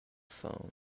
phone